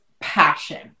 passion